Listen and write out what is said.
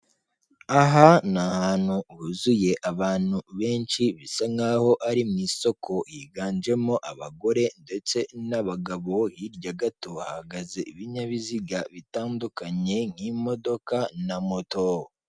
Aha ni ahantu huzuye abantu benshi bisa nk'aho ari mu isoko higanjemo abagore ndetse n' nabagabo hirya gato hahagaze ibinyabiziga bitandukanye nk'imodoka na moto.